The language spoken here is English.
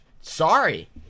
Sorry